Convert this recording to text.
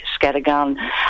scattergun